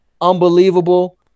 unbelievable